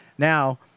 Now